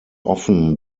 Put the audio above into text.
often